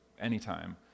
anytime